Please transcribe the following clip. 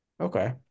okay